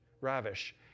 ravish